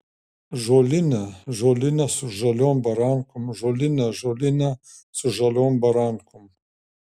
žolinė žolinė su žaliom barankom žolinė žolinė su žaliom barankom